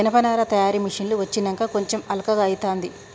జనపనార తయారీ మిషిన్లు వచ్చినంక కొంచెం అల్కగా అయితాంది